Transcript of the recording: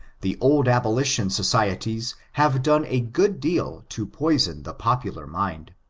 the old abolition societies have done a good deal to poison the popular mind.